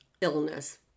illness